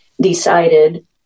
decided